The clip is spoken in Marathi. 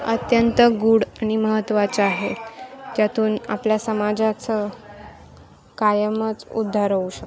अत्यंत गुढ आणि महत्त्वाचं आहे त्यातून आपल्या समाजाचं कायमच उद्धार होऊ शकतो